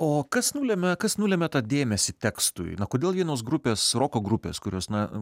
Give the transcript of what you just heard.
o kas nulemia kas nulemia tą dėmesį tekstui na kodėl vienos grupės roko grupės kurios na